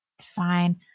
Fine